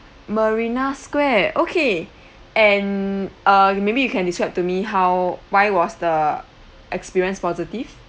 marina square okay and uh maybe you can describe to me how why was the experience positive